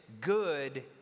good